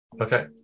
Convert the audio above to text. Okay